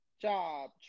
job